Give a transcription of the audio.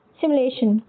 simulation